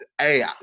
Hey